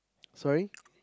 sorry